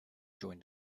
join